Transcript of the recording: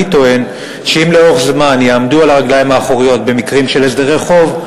אני טוען שאם לאורך זמן יעמדו על הרגליים האחוריות במקרים של הסדרי חוב,